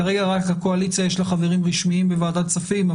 כרגע רק לקואליציה יש חברים רשמיים בוועדת הכספים,